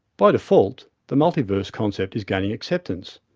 by default, the multiverse concept is gaining acceptance.